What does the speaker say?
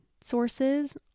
sources